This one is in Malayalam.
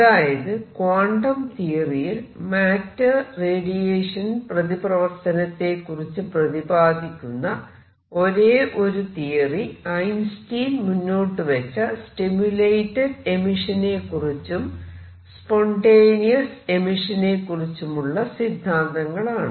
അതായത് ക്വാണ്ടം തിയറിയിൽ മാറ്റർ റേഡിയേഷൻ പ്രതിപ്രവർത്തനത്തെക്കുറിച്ച് പ്രതിപാദിക്കുന്ന ഒരേ ഒരു തിയറി ഐൻസ്റ്റൈൻ മുന്നോട്ടുവച്ച സ്റ്റിമുലേറ്റഡ് എമിഷനെകുറിച്ചും സ്പോൻറെനിയസ് എമിഷനെക്കുറിച്ചുമുള്ള സിദ്ധാന്തങ്ങളാണ്